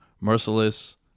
Merciless